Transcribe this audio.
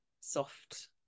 soft